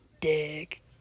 dick